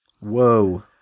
Whoa